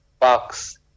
box